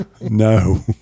No